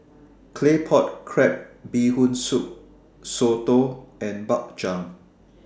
Claypot Crab Bee Hoon Soup Soto and Bak Chang